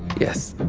yes.